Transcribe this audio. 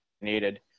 needed